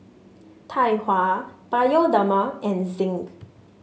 Tai Hua Bioderma and Zinc